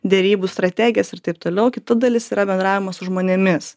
derybų strategijas ir taip toliau kita dalis yra bendravimas su žmonėmis